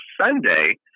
Sunday